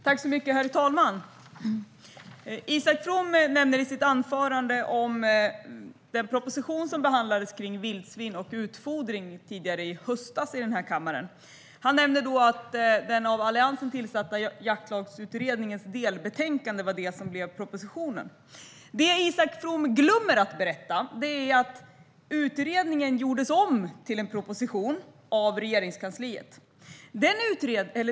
Herr talman! Isak From nämnde i sitt anförande den proposition om vildsvin och utfodring som behandlades här i kammaren i höstas. Han sa att det var den av Alliansen tillsatta Jaktlagsutredningens delbetänkande som blev propositionen. Det Isak From glömmer att berätta är att utredningen gjordes om till en proposition av Regeringskansliet.